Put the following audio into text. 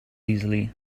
easily